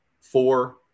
four